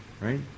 right